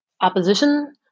opposition